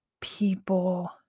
people